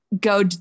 go